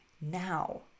now